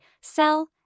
sell